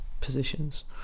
positions